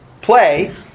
play